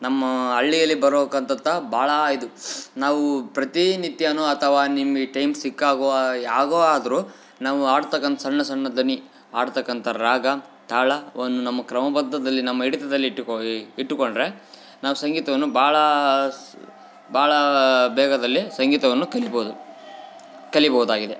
ನಮ್ಮ ಹಳ್ಳಿಯಲ್ಲಿ ಬರೋಕ್ಕಂತ ಭಾಳ ಇದು ನಾವು ಪ್ರತಿನಿತ್ಯನು ಅಥವಾ ನಿಮ್ಮ ಈ ಟೈಮ್ ಸಿಕ್ಕಾಗೊ ಹೇಗೊ ಆದರು ನಾವು ಹಾಡ್ತಕ್ಕಂಥ ಸಣ್ಣ ಸಣ್ಣ ದನಿ ಹಾಡ್ತಕಂಥ ರಾಗ ತಾಳ ಒಂದು ನಮ್ಮ ಕ್ರಮಬದ್ಧದಲ್ಲಿ ನಮ್ಮ ಹಿಡಿತದಲ್ಲಿ ಇಟ್ಟುಕೊ ಈ ಇಟ್ಟುಕೊಂಡರೆ ನಾವು ಸಂಗೀತವನ್ನು ಭಾಳ ಸ್ ಭಾಳ ಬೇಗದಲ್ಲಿ ಸಂಗೀತವನ್ನು ಕಲಿಬಹುದು ಕಲಿಬಹುದಾಗಿದೆ